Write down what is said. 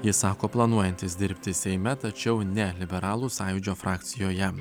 jis sako planuojantis dirbti seime tačiau ne liberalų sąjūdžio frakcijoje